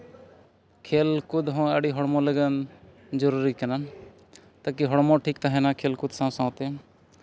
ᱠᱷᱮᱞ ᱠᱚ ᱞᱟᱹᱜᱤᱫ ᱦᱚᱸ ᱟᱹᱰᱤ ᱦᱚᱲᱢᱚ ᱞᱟᱹᱜᱤᱫ ᱡᱟᱹᱨᱩᱨᱤ ᱠᱟᱱᱟ ᱛᱟᱠᱤ ᱦᱚᱲᱢᱚ ᱴᱷᱤᱠ ᱛᱟᱦᱮᱱᱟ ᱦᱚᱲᱢᱚ ᱥᱟᱶ ᱥᱟᱶᱛᱮ